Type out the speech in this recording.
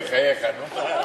בחייך, נו.